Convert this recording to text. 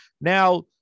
Now